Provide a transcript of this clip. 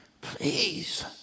please